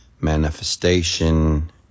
manifestation